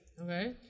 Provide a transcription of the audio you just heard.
Okay